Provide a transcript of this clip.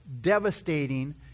devastating